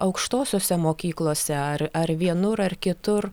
aukštosiose mokyklose ar ar vienur ar kitur